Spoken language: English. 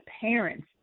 parents